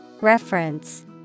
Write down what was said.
Reference